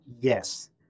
yes